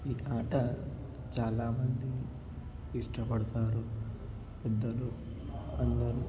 ఈ ఆట చాలా మంది ఇష్టపడతారు పెద్దలు అందరు